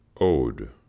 ODE